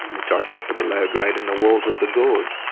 which i thought to be low grade, in the walls of the gorge.